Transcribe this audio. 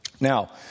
Now